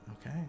Okay